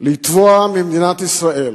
לתבוע ממדינת ישראל,